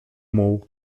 muł